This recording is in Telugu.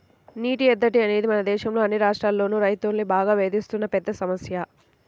నీటి ఎద్దడి అనేది మన దేశంలో అన్ని రాష్ట్రాల్లోనూ రైతుల్ని బాగా వేధిస్తున్న పెద్ద సమస్య